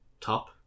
Top